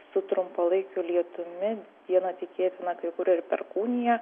su trumpalaikiu lietumi dieną tikėtina kai kur ir perkūnija